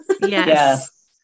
Yes